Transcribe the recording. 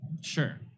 Sure